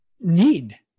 need